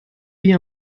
wie